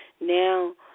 Now